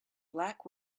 black